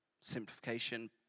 simplification